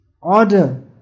order